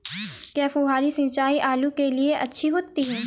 क्या फुहारी सिंचाई आलू के लिए अच्छी होती है?